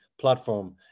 platform